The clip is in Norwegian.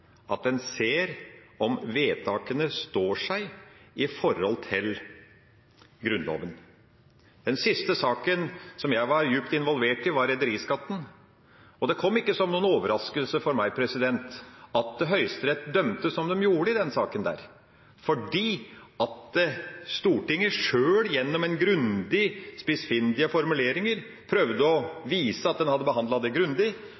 at en ser om vedtakene står seg i forhold til Grunnloven. Den siste saken som jeg var djupt involvert i, var rederiskatten, og det kom ikke som noen overraskelse for meg at Høyesterett dømte som de gjorde i den saken, for sjøl om Stortinget sjøl, gjennom grundige, spissfindige formuleringer, prøvde å vise at en hadde behandlet det grundig,